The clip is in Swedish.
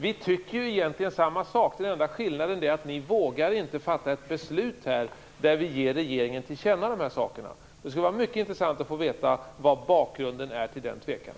Vi tycker egentligen samma sak. Den enda skillnaden är att ni inte vågar fatta ett beslut där vi ger regeringen dessa saker till känna. Det skulle vara mycket intressant att få veta bakgrunden till denna tvekan.